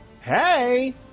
Hey